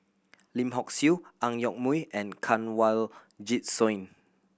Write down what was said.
Lim Hock Siew Ang Yoke Mooi and Kanwaljit Soin